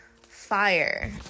Fire